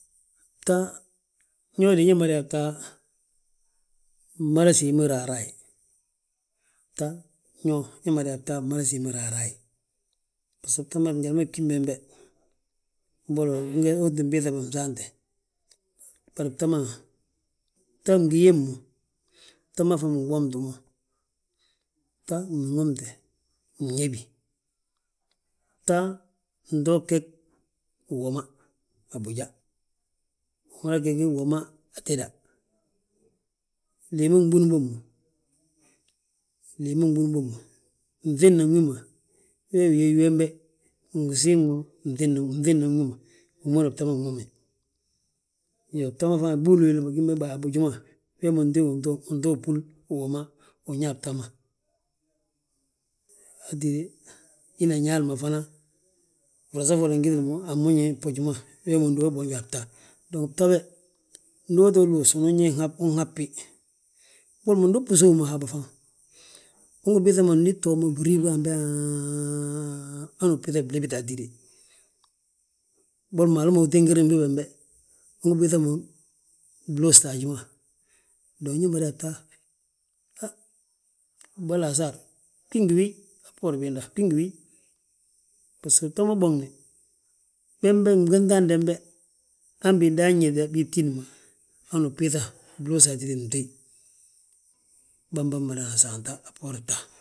Bta, ño de, ñe mada yaa ta, mmada siimi raraaye, bta, ño mada yaa bta bmada siimi raraaye. Baso bta ma njali ma gim bembe, mboli uu tti biiŧa bi bsaante, bari bta ma, bta mgi yeb mo, bta ma faŋ ma ngi womtu mo. Bta bwomte, myebi, bta ntoo geg uwoma a boja, wi mada ge gi uwoma atéda. Leey ma nɓun bommu, leey ma nɓun bommu, nŧédna wi ma, wee wi yóyi wembe, win gi siig mo ginŧédna wi ma, wi ma húri yaa bta ma nwomi. Iyoo, bta ma fana ɓuul willi ma gimbe a boji ma, wee ma ntéyi win to buul uwoma, wi ñaa bta ma. Hatíde hina Ñaali ma fana, frasa foli ngi gitili mo anmoñi fboji ma, wee ma undúba boonja a bta; Dong bta be, ndu uto luus, unan yaa unhabbi, mboli mo ndu uu bbi sów mo habi fan. Ungi biiŧa mo ndi btoo mo bribu hanbe haaan hanu biiŧa blibiti hatide, boli mo hala ma utigirem bi bembe, ungi biiŧa mo bluusta haji ma. Dong ñe mada yaa ta, han bwala asaar, bgí ngi wiiyi, a bboori biinda, bgí ngi wiiyi, baso bta ma boŋni, bembe bgínŧa handembe, han bidan ñeta bi btídi ma. Hanu ubbiiŧa bluus hatíde mtéyi, bamaba mmadana saanta a bboorin bta.